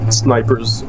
snipers